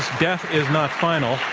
death is not final.